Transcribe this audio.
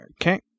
Okay